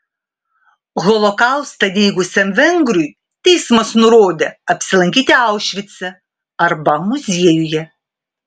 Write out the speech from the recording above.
holokaustą neigusiam vengrui teismas nurodė apsilankyti aušvice arba muziejuje